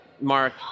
Mark